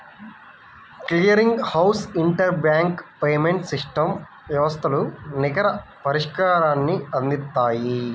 clearing house inter bank payments system వ్యవస్థలు నికర పరిష్కారాన్ని అందిత్తాయి